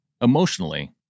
emotionally